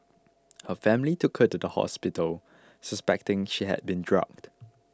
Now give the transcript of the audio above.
her family took her to the hospital suspecting she had been drugged